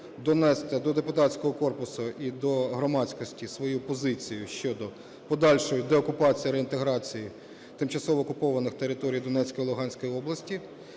донести до депутатського корпусу і до громадськості свою позицію щодо подальшої деокупації, реінтеграції тимчасово окупованих територій Донецької, Луганської областей.